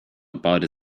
about